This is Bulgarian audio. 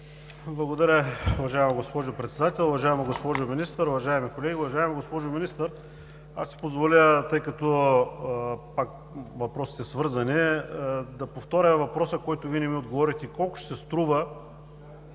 Благодаря, уважаема госпожо Председател! Уважаема госпожо Министър, уважаеми колеги! Уважаема госпожо Министър, аз ще си позволя, тъй като въпросите са свързани, да повторя въпроса, на който не ми отговорихте: колко ще струват